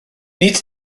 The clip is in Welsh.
nid